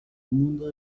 mundo